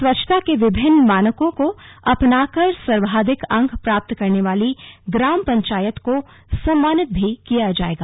स्वच्छता के विभिन्न मानकों को अपनाकर सर्वाधिक अंक प्राप्त करने वाली ग्राम पंचायत को सम्मानित भी किया जायेगा